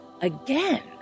again